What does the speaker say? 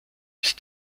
ist